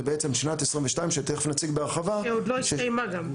זה בעצם שנת 2022 שתכף נציג אותה בהרחבה --- שעוד לא הסתיימה גם.